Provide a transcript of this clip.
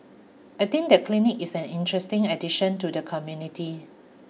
I think the clinic is an interesting addition to the community